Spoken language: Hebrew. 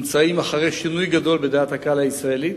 אחרי שינוי גדול בדעת הקהל הישראלית.